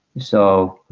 so